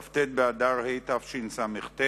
כ"ט באדר התשס"ט,